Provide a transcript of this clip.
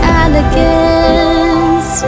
elegance